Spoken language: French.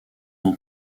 ans